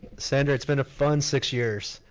sandra, it's been a fun six years.